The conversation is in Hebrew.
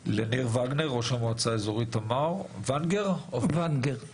ונגר, ראש המועצה האזורית תמר, בבקשה.